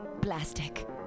plastic